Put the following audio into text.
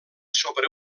sobre